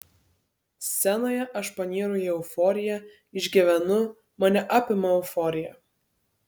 scenoje aš panyru į euforiją išgyvenu mane apima euforija